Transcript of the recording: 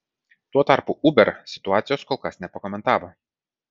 tuo tarpu uber situacijos kol kas nepakomentavo